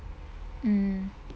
mm